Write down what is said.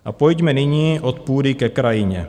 A pojďme nyní od půdy ke krajině.